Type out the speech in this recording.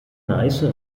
neiße